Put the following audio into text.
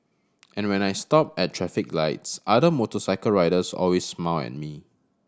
and when I stop at traffic lights other motorcycle riders always smile at me